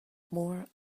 more